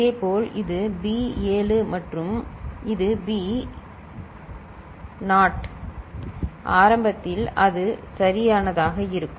இதேபோல் இது பி 7 மற்றும் இது பி நாட் ஆரம்பத்தில் இது சரியானதாக இருக்கும்